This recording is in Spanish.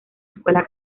escuela